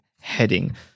heading